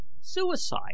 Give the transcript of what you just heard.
Suicide